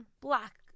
black